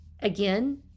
Again